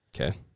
Okay